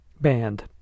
Band